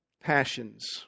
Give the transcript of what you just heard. passions